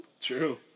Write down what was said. True